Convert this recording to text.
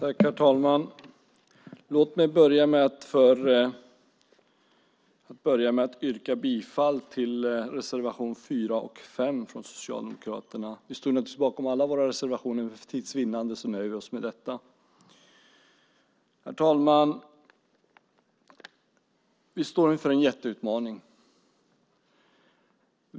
Herr talman! Låt mig börja med att yrka bifall till reservationerna 4 och 5 från Socialdemokraterna. Vi står naturligtvis bakom alla våra reservationer men för tids vinnande nöjer vi oss med detta. Herr talman! Vi står inför en jätteutmaning.